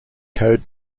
code